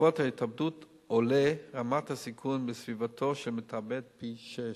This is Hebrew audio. בעקבות ההתאבדות עולה רמת הסיכון בסביבתו של מתאבד פי-שישה.